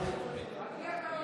על מי אתה עובד?